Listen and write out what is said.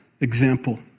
example